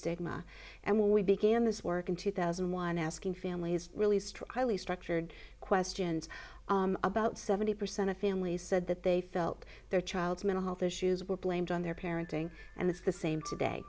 stigma and when we began this work in two thousand and one asking families really struck really structured questions about seventy percent of families said that they felt their child's mental health issues were blamed on their parenting and it's the same today